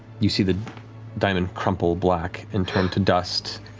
you see the diamond crumple black and turn to dust.